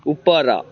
ଉପର